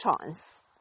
chance